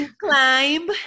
climb